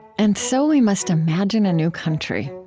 and so we must imagine a new country.